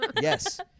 Yes